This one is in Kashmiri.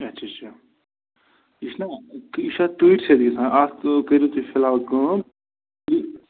اَچھا اَچھا یہِ چھُنا یہِ چھُ تۭرِ سۭتۍ گژھان اَتھ کٔرِو تُہۍ فِلحال کٲم